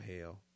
hell